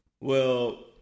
Well-